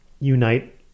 unite